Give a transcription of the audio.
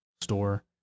store